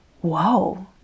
whoa